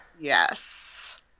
yes